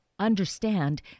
understand